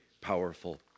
powerful